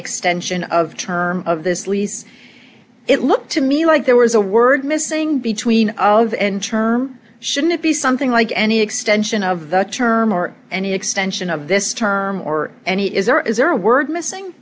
extension of term of this lease it looked to me like there was a word missing between of and term shouldn't it be something like any extension of the term or any extension of this term or any is there is there a word